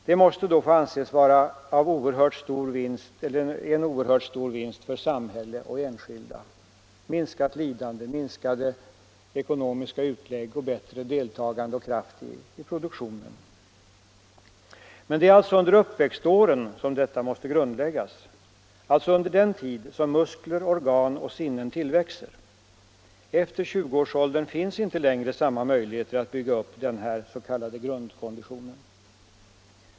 Detta måste anses vara en oerhört stor vinst för samhälle och enskilda — minskat lidande, minskade ekonomiska utlägg, bättre deltagande och bättre kraft i produktionen. Men det är under uppväxtåren som detta måste grundläggas, alltså — Fysisk träning under den tid då muskler, organ och sinnen tillväxer. Efter 20-årsåldern — m.m. finns inte längre samma möjligheter att bygga upp denna s.k. grundkondition.